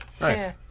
Nice